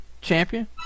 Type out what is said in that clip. champion